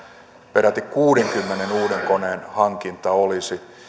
peräti kuudenkymmenen uuden koneen hankinta olisi